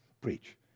preach